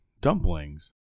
dumplings